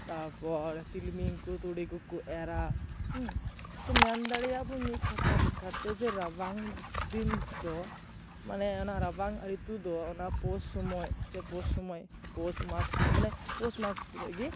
ᱛᱟᱯᱚᱨ ᱛᱤᱞᱢᱤᱧ ᱠᱚ ᱛᱩᱲᱤ ᱠᱚ ᱠᱚ ᱮᱨᱟ ᱛᱚ ᱢᱮᱱ ᱫᱟᱲᱮᱭᱟᱜ ᱵᱚᱱ ᱢᱤᱫ ᱠᱟᱛᱷᱟ ᱞᱮᱠᱟᱛᱮ ᱡᱮ ᱨᱟᱵᱟᱝ ᱫᱤᱱ ᱫᱚ ᱢᱟᱱᱮ ᱨᱟᱵᱟᱝ ᱨᱤᱛᱩ ᱫᱚ ᱚᱟᱱᱟ ᱯᱳᱥ ᱥᱳᱢᱚᱭ ᱥᱮ ᱯᱳᱥ ᱥᱳᱢᱚᱭ ᱯᱳᱥ ᱢᱟᱜᱽ ᱥᱳᱢᱚᱭ ᱢᱟᱱᱮ ᱯᱳᱥ ᱢᱟᱜᱽ ᱜᱮ